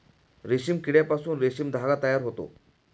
रेशीम किड्यापासून रेशीम धागा तयार होतो